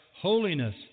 holiness